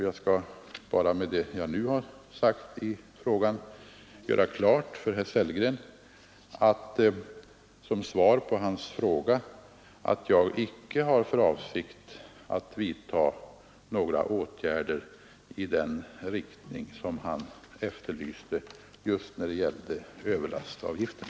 Jag vill bara med det jag nu har yttrat göra klart för herr Sellgren, som svar på hans fråga, att jag icke har för avsikt att vidta några åtgärder i den riktning som han efterlyste när det gällde överlastavgifterna.